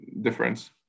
difference